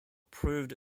proved